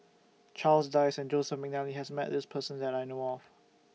Charles Dyce Joseph Mcnally has Met This Person that I know of